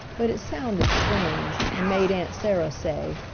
but it sounded strange, and made aunt sarah say,